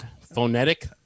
Phonetic